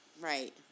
Right